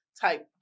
type